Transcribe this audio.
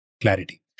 clarity